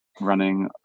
running